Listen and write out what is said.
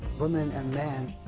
women and men,